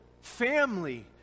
family